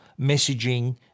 messaging